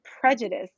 prejudice